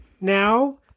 now